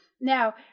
Now